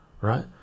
right